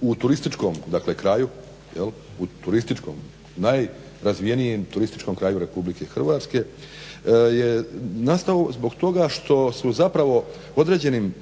u turističkom kraju, dakle u najrazvijenijem turističkom kraju RH je nastao zbog toga što su zapravo određenim